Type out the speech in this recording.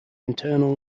internal